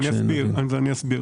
אסביר.